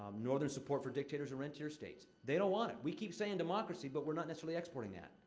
um northern support for dictators or rentier states they don't want it. we keep saying democracy, but we're not necessarily exporting that.